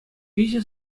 виҫӗ